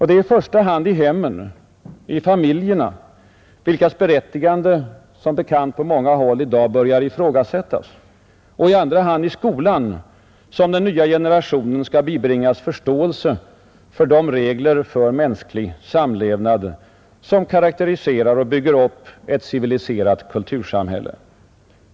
Det är i första hand i hemmen, i familjerna, vilkas berättigande som bekant på många håll i dag börjar ifrågasättas, och i andra hand i skolan som den nya generationen skall bibringas förståelse för de regler för mänsklig samlevnad som karakteriserar och bygger upp ett civiliserat kultursamhälle.